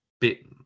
bit